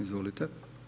Izvolite.